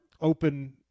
open